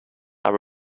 are